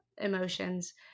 emotions